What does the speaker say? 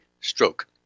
stroke